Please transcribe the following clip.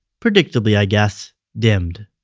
predictably i guess, dimmed.